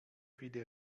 viele